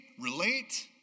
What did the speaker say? relate